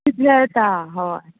कितले येता हय